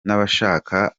n’abashaka